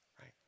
right